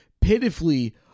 pitifully